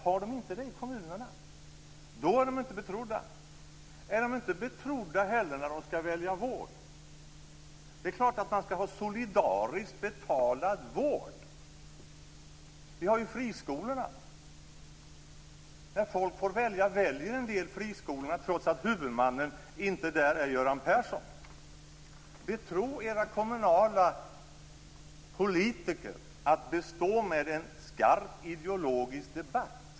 Har de inte det i kommunerna? Då är de inte betrodda. Är de inte heller betrodda när de skall välja vård? Det är klart att man skall ha solidariskt betalad vård. Vi har ju friskolor. När folk får välja, väljer en del friskolor trots att huvudmannen inte är Göran Persson. Betro era kommunala politiker med att bestå en skarp ideologisk debatt.